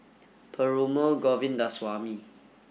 Perumal Govindaswamy